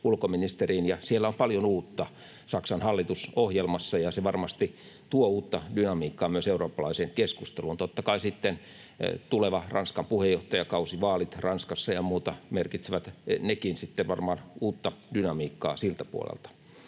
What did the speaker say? ulkoministeriin. Siellä on paljon uutta Saksan hallitusohjelmassa, ja se varmasti tuo uutta dynamiikkaa myös eurooppalaiseen keskusteluun. Totta kai tuleva Ranskan puheenjohtajakausi, vaalit Ranskassa ja muut merkitsevät nekin sitten varmaan uutta dynamiikkaa siltä puolelta.